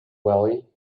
valley